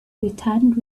returned